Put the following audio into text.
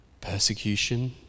persecution